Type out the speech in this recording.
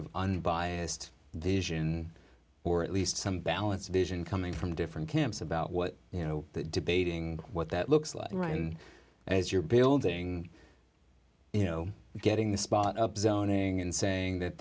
of unbiased the asian or at least some balance vision coming from different camps about what you know debating what that looks like right as you're building you know getting the spot up zoning and saying that